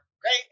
great